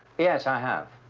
yes i have.